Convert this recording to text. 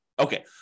Okay